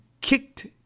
kicked